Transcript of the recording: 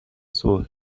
صلح